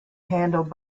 handled